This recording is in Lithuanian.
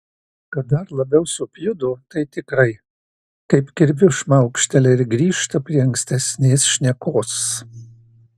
kad dar labiau supjudo tai tikrai kaip kirviu šmaukštelia ir grįžta prie ankstesnės šnekos